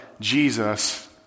Jesus